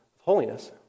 holiness